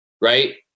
right